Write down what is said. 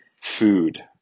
food